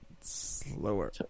Slower